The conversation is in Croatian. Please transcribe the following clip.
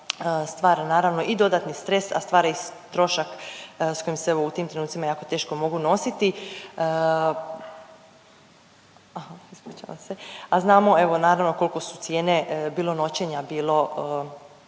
stvara naravno i dodatni stres, a stvara i trošak s kojim se evo u tim trenucima jako teško mogu nositi, ispričavam se, a znamo evo naravno koliko su cijene bilo noćenja bilo